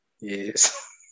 Yes